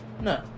No